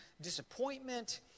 disappointment